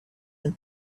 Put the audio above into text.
and